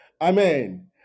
Amen